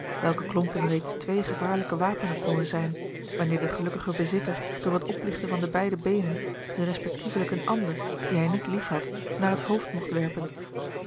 welke klompen reeds twee gevaarlijke wapenen konden zijn wanneer de gelukkige bezitter door het opligten van de beide beenen ze respectievelijk een ander dien hij niet liefhad naar het hoofd mogt werpen